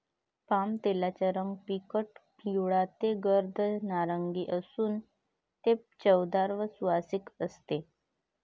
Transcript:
पामतेलाचा रंग फिकट पिवळा ते गर्द नारिंगी असून ते चवदार व सुवासिक असते